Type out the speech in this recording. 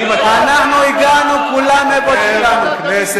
מי בנה?